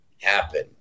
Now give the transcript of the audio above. happen